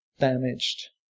Damaged